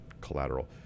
collateral